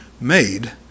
made